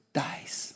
dies